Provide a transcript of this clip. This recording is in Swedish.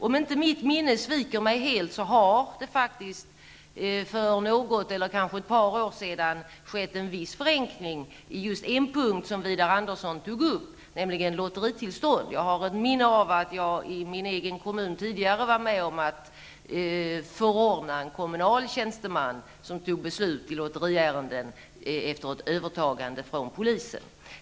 Om inte mitt minne sviker mig helt har det för något eller några år sedan skett en viss förenkling på just en punkt som Widar Andersson tog upp, nämligen lotteritillstånd. Jag har ett minne av att jag i min egen kommun tidigare var med om att förordna en kommunaltjänsteman som fattade beslut i lotteriärenden, efter ett övertagande från polisen.